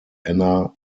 anna